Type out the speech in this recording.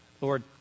Lord